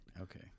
Okay